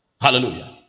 Hallelujah